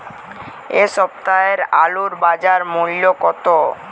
এ সপ্তাহের আলুর বাজার মূল্য কত?